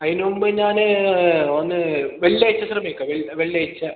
അതിന് മുമ്പ് ഞാൻ വെള്ളിയാഴ്ച ശ്രമിക്കാം വെള്ളിയാഴ്ച